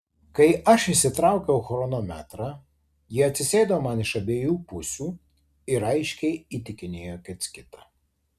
kai aš išsitraukiau chronometrą jie atsisėdo man iš abiejų pusių ir aiškiai įtikinėjo kits kitą